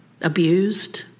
abused